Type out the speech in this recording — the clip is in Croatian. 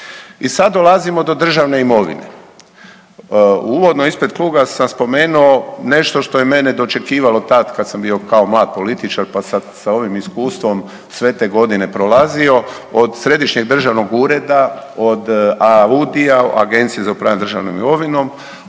I sad dolazimo do državne imovine. Uvodno ispred kluba sam spomenuo nešto što je mene dočekivalo tad kad sam bio kao mlad političar pa sad sa ovim iskustvom sve te godine prolazio od središnjeg državnog ureda, od AUDI-a Agencije za upravljanje državnom imovinom,